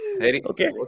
Okay